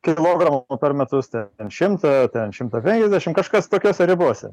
kilogramų o per metus ten šimtą ten šimtą penkiasdešim ten kažkas tokiose ribose